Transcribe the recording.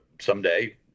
someday